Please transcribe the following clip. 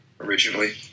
originally